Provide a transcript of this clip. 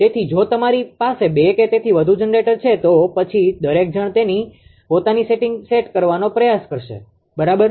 તેથી જો તમારી પાસે બે કે તેથી વધુ જનરેટર છે તો પછી દરેક જણ તેની પોતાની સેટિંગ સેટ કરવાનો પ્રયાસ કરશે બરાબર